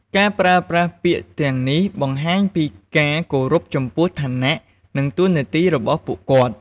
ការប្រើប្រាស់ពាក្យទាំងនេះបង្ហាញពីការគោរពចំពោះឋានៈ និងតួនាទីរបស់ពួកគាត់។